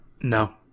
No